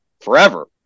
forever